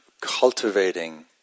cultivating